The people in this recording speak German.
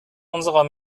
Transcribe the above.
unserer